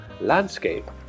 landscape